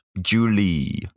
Julie